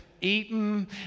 eaten